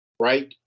Right